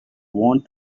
want